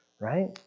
right